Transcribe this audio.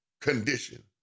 condition